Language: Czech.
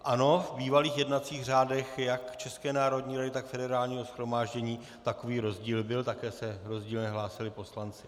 Ano, v bývalých jednacích řádech jak České národní rady, tak Federálního shromáždění takový rozdíl byl, také se rozdílně hlásili poslanci.